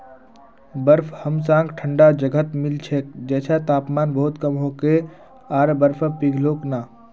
बर्फ हमसाक ठंडा जगहत मिल छेक जैछां तापमान बहुत कम होके आर बर्फ पिघलोक ना